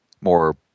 more